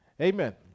Amen